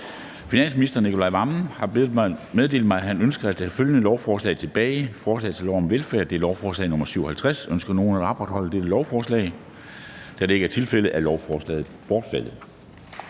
Finansministeren (Nicolai Wammen) har meddelt mig, at han ønsker at tage følgende lovforslag tilbage: Forslag til lov om velfærd. (Lovforslag nr. L 57). Ønsker nogen at optage dette lovforslag? Da det ikke er tilfældet, er lovforslaget bortfaldet.